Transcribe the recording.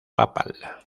papal